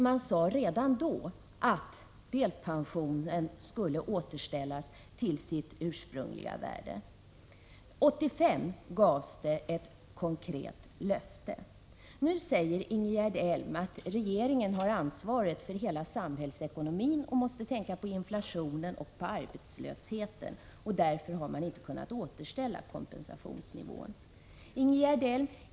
Man sade redan då att delpensionen skulle återställas till sitt ursprungliga värde. År 1985 gavs ett konkret löfte. Nu säger Ingegerd Elm att regeringen har ansvaret för samhällsekonomin i dess helhet och måste tänka på inflationen och på arbetslösheten och därför inte har kunnat återställa delpensionsnivån. Ingegerd Elm!